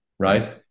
Right